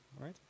right